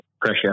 pressure